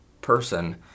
person